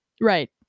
Right